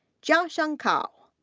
jiasheng cao,